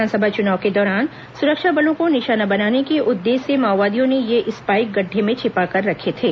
विधानसभा चुनाव के दौरान सुरक्षा बलों को निशाना बनाने के उद्देश्य से माओवादियों ने ये स्पाईक गड्ढे में छिपाकर रखे थे